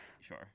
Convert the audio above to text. sure